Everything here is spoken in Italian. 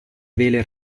vele